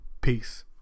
Peace